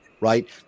right